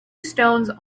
stones